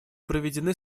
проведены